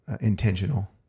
intentional